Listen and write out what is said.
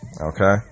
okay